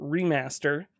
remaster